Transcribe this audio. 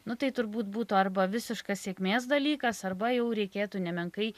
nu tai turbūt būtų arba visiškas sėkmės dalykas arba jau reikėtų nemenkai